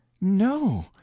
No